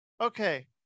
okay